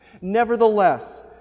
Nevertheless